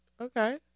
Okay